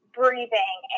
breathing